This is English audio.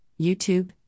YouTube